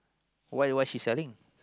what what she selling